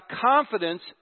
confidence